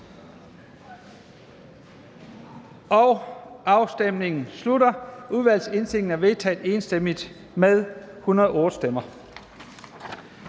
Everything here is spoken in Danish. Afstemningen slutter. Udvalgets indstilling er vedtaget enstemmigt med 108 stemmer.